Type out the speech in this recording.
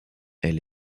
elle